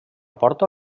porta